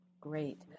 Great